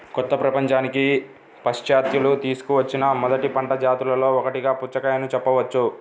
కొత్త ప్రపంచానికి పాశ్చాత్యులు తీసుకువచ్చిన మొదటి పంట జాతులలో ఒకటిగా పుచ్చకాయను చెప్పవచ్చు